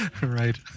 Right